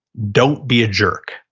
don't be a jerk.